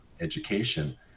education